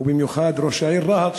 ובמיוחד ראש העיר רהט,